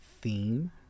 theme